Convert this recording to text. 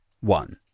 one